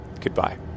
goodbye